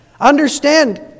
Understand